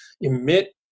emit